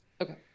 Okay